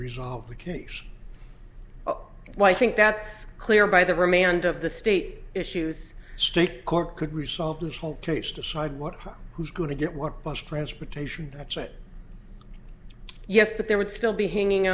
resolve the case why i think that's clear by the remand of the state issues state court could resolve this whole case decide what who's going to get what bus transportation that's a yes but there would still be hanging